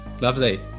Lovely